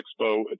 expo